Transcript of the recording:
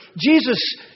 Jesus